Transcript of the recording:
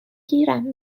گیرم